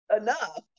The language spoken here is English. enough